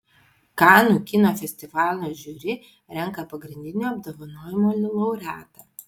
kanų kino festivalio žiuri renka pagrindinio apdovanojimo laureatą